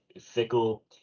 Fickle